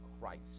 Christ